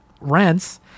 rents